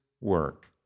work